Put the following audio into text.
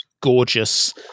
gorgeous